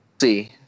see